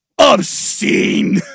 obscene